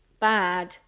bad